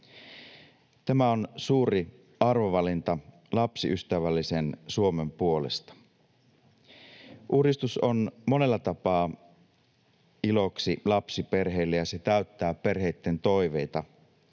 Tämä on suuri arvovalinta lapsiystävällisen Suomen puolesta. Uudistus on monella tapaa iloksi lapsiperheille, ja se täyttää perheitten toiveita.